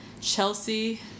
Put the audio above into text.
Chelsea